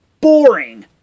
boring